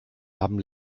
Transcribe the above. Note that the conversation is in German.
haben